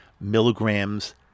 milligrams